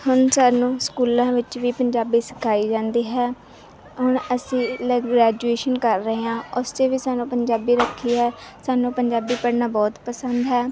ਹੁਣ ਸਾਨੂੰ ਸਕੂਲਾਂ ਵਿੱਚ ਵੀ ਪੰਜਾਬੀ ਸਿਖਾਈ ਜਾਂਦੀ ਹੈ ਹੁਣ ਅਸੀਂ ਲ ਗ੍ਰੈਜੂਏਸ਼ਨ ਕਰ ਰਹੇ ਹਾਂ ਉਸ 'ਚ ਵੀ ਸਾਨੂੰ ਪੰਜਾਬੀ ਰੱਖੀ ਹੈ ਸਾਨੂੰ ਪੰਜਾਬੀ ਪੜ੍ਹਨਾ ਬਹੁਤ ਪਸੰਦ ਹੈ